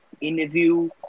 interview